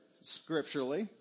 scripturally